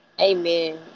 Amen